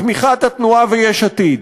בתמיכת התנועה ויש עתיד.